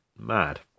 mad